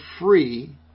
free